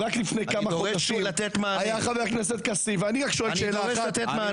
רק לפני כמה חודשים היה חבר הכנסת כסיף --- אני דורש לתת מענה.